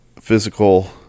physical